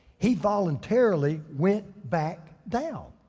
he voluntarily went back down.